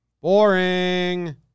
Boring